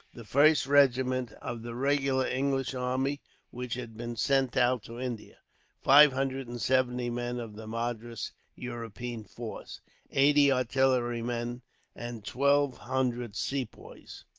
the first regiment of the regular english army which had been sent out to india five hundred and seventy men of the madras european force eighty artillerymen and twelve hundred sepoys.